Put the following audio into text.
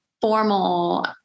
formal